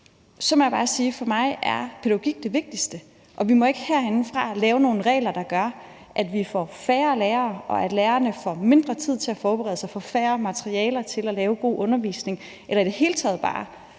på folkeskolen, så er pædagogik det vigtigste for mig. Vi må ikke herindefra lave nogle regler, der gør, at vi får færre lærere, og at lærerne får mindre tid til at forberede sig og får færre materialer til lave god undervisning, eller i det hele taget bare